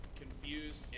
confused